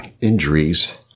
injuries